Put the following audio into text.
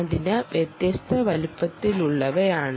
antenna വ്യത്യസ്ത വലുപ്പത്തിലുള്ളവയാണ്